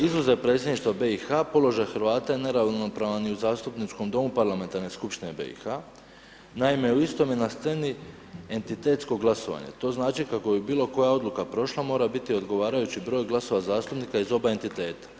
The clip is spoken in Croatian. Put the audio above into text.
Izuzev predsjedništva BiH položaj Hrvata je neravnopravan i u zastupničkom Domu parlamentarne skupštine BiH, naime u istome na sceni entitetsko glasovanje, to znači kako bi bilo koja Odluka prošla, mora biti odgovarajući broj glasova zastupnika iz oba entiteta.